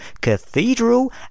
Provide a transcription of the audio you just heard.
cathedral